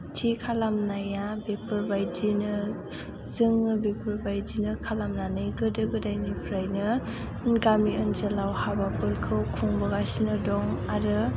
थि खालामनाया बेफोरबायदिनो जोङो बेफोरबायदिनो खालामनानै गोदो गोदायनिफ्रायनो गामि ओनसोलाव हाबाफोरखौ खुंबोगासिनो दं आरो